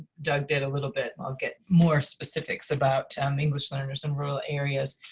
doug did a little bit, i'll get more specifics about um english learners in rural areas.